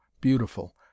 beautiful